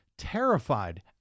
terrified